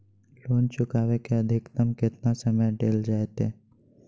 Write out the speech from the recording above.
Loan चुकाबे के अधिकतम केतना समय डेल जयते?